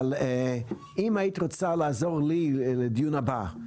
אם היית רוצה לעזור לי לדיון הבא,